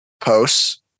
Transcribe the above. posts